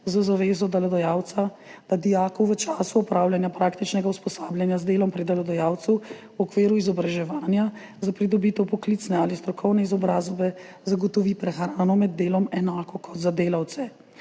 z zavezo delodajalca, da dijaku v času opravljanja praktičnega usposabljanja z delom pri delodajalcu v okviru izobraževanja za pridobitev poklicne ali strokovne izobrazbe zagotovi prehrano med delom enako kot za delavce.